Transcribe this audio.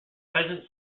pheasants